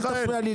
מיכאל.